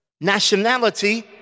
nationality